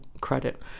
credit